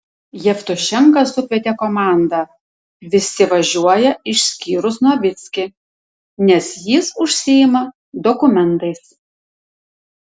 jevtušenka sukvietė komandą visi važiuoja išskyrus novickį nes jis užsiima dokumentais